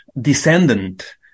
descendant